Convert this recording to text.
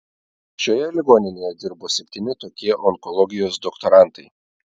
šioje ligoninėje dirbo septyni tokie onkologijos doktorantai